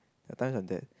at times like that